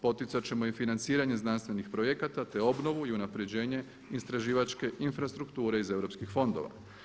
Poticat ćemo i financiranje znanstvenih projekata te obnovu i unapređenje istraživačke infrastrukture iz europskih fondova.